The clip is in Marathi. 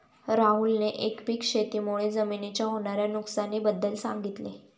राहुलने एकपीक शेती मुळे जमिनीच्या होणार्या नुकसानी बद्दल सांगितले